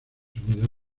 unidos